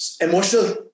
emotional